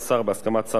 בהסכמת שר האוצר,